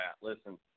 listen